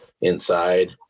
inside